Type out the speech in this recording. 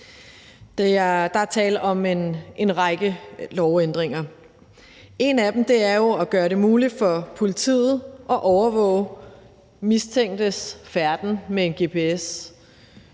Der er tale om en række lovændringer, og en af dem er jo at gøre det muligt for politiet at overvåge mistænktes færden med en gps